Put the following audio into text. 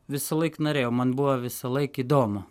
visąlaik norėjau man buvo visąlaik įdomu